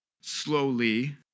slowly